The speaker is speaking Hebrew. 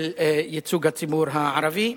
של ייצוג הציבור הערבי.